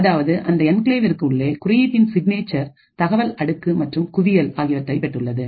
அதாவது அந்த என்கிளேவிற்கு உள்ளே குறியீட்டின் சிக்னேச்சர் தகவல் அடுக்கு மற்றும் குவியல்data stack heap ஆகியவைகளை பெற்றுள்ளது